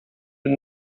mit